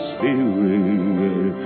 Spirit